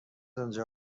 آنجا